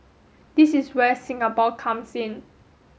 this is where Singapore comes in